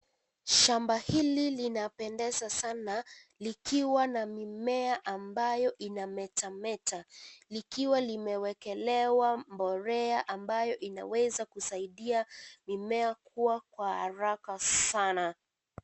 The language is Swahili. Shamba hili linapendeza sana likiwa na mimea ambayo inametameta. Likiwa limewekelewa mbolea ambayo inaweza kusaidia mimea kukua kwa haraka sana.